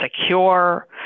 secure